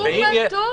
הוא פתוח.